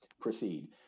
proceed